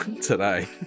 today